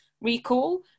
recall